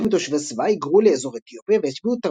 חלק מתושבי סבא היגרו לאזור אתיופיה והשפיעו